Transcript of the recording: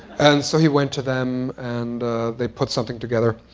and so he went to them, and they put something together.